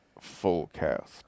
fullcast